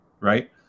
right